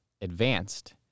advanced